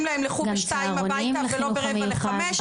להם: לכו ב-14:00 הביתה ולא ב-16:45.